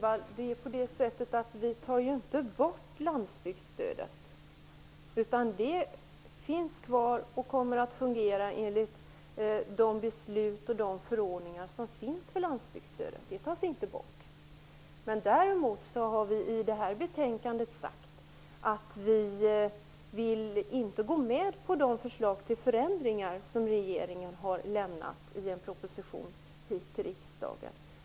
Herr talman! Vi tar inte bort landsbygdsstödet, Gudrun Lindvall. Det finns kvar och kommer att fungera enligt beslut och förordningar som finns för landsbygdsstödet. Däremot säger vi i betänkandet att vi inte vill gå med på de förslag till förändringar som regeringen har kommit med i den proposition som lämnats till riksdagen.